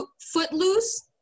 Footloose